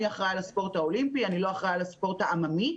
אני אחראי על הספורט האולימפי ולא על הספורט העממי.